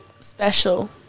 special